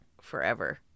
forever